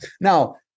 Now